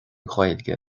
gaeilge